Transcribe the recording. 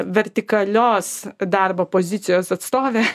vertikalios darbo pozicijos atstovė